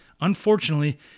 unfortunately